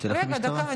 שתלך למשטרה.